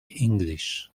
english